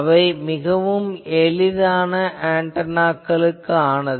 அவை மிகவும் எளிதான ஆன்டெனாக்களுக்கானது